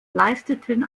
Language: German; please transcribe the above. leisteten